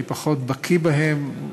אני פחות בקי בהם,